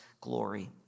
glory